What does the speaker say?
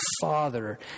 Father